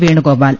Venugopal